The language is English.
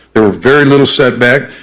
there was very little setback,